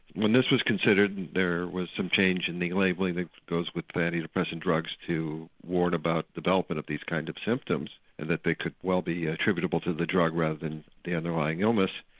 when this was considered there was some change in the labelling that goes with antidepressant drugs to warn about development of these kinds of symptoms and that they could well be attributable to the drug rather than the underlying illness.